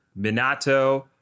Minato